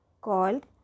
called